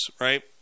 right